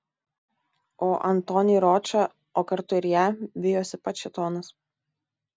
o antonį ročą o kartu ir ją vijosi pats šėtonas